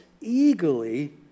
eagerly